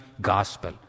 gospel